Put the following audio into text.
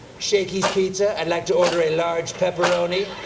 shakey's pizza? i'd like to order a large pepperoni.